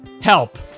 help